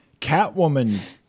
Catwoman